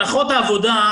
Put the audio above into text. הנחות העבודה,